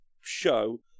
show